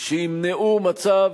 שימנעו מצב